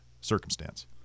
circumstance